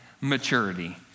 maturity